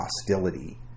hostility